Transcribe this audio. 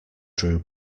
drew